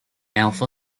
alpha